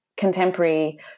contemporary